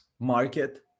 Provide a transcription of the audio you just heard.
market